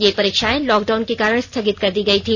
ये परीक्षाएं लॉकडाउन के कारण स्थगित कर दी गई थी